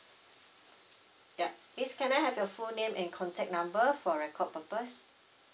ya miss can I have your full name and contact number for record purpose